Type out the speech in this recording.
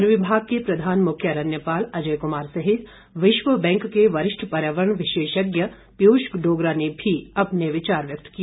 one विभाग के प्रधान मुख्य अरण्यपाल अजय कुमार सहित विश्व बैंक के वरिष्ठ पर्यावरण विशेषज्ञ पीयूष डोगरा ने भी अपने विचार व्यक्त किए